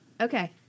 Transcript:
Okay